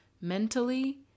mentally